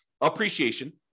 Appreciation